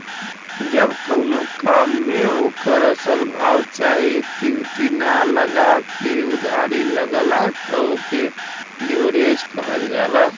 जब कउनो काम मे ओकर असल भाव चाहे इक्विटी ना लगा के उधारी लगला त ओके लीवरेज कहल जाला